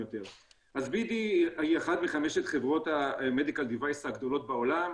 BD היא אחת מחמשת חברות המדיקל דיוויס הגדולות בעולם,